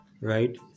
right